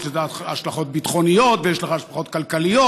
יש לזה השלכות ביטחוניות ויש לכך השלכות כלכליות,